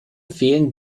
fehlen